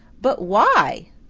but why?